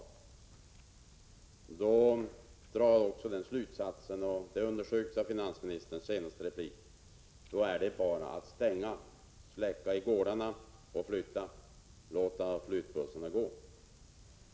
Jag drar den 1 miska effekterna av regional obalans slutsatsen, som också understryks av finansministerns senaste replik, att då är det bara att släcka och stänga i gårdarna och låta flyttbussarna gå.